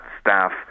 staff